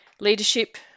Leadership